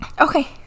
Okay